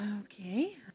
Okay